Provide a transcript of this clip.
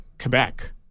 Quebec